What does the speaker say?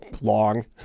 long